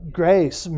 grace